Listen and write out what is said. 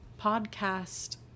podcast